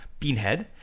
Beanhead